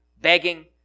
begging